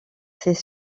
ses